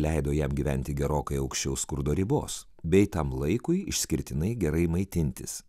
leido jam gyventi gerokai aukščiau skurdo ribos bei tam laikui išskirtinai gerai maitintis